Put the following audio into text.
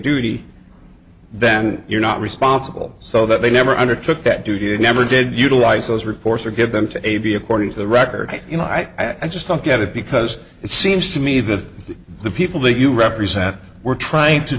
duty then you're not responsible so that they never undertook that duty you never did utilize those reports or give them to a b according to the record you know i just don't get it because it seems to me that the people that you represent were trying to